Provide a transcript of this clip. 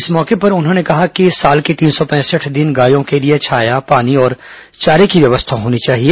इस मौके पर उन्होंने कहा कि साल के तीन सौ पैंसठ दिन गायों के लिए छाया पानी और चारे की व्यवस्था होनी चाहिए